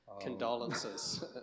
condolences